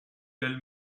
belle